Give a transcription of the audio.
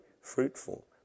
fruitful